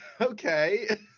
okay